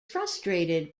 frustrated